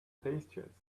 pastures